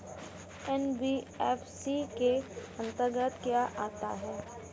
NBFC के अंतर्गत क्या आता है?